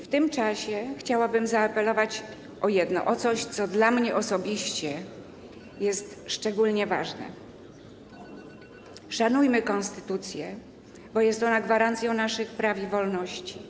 W tym czasie chciałabym zaapelować o jedno, o coś, co dla mnie osobiście jest szczególnie ważne: szanujmy konstytucję, bo jest ona gwarancją naszych praw i wolności.